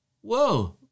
whoa